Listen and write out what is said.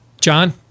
John